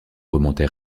remontait